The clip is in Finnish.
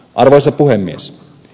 arvoisa puhemies